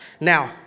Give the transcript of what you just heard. Now